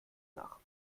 nach